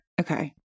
Okay